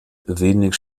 wenig